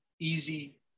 easy